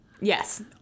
Yes